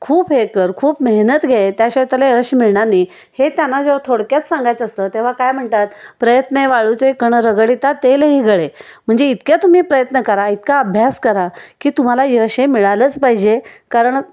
खूप हे कर खूप मेहनत घे त्याशिवाय त्याला यश मिळणार नाही हे त्यांना जेव्हा थोडक्यात सांगायचं असतं तेव्हा काय म्हणतात प्रयत्ने वाळूचे कण रगडिता तेलही गळे म्हणजे इतक्या तुम्ही प्रयत्न करा इतका अभ्यास करा की तुम्हाला यश हे मिळालंच पाहिजे कारण